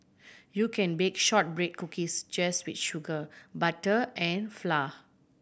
you can bake shortbread cookies just with sugar butter and flour